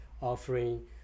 offering